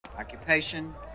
occupation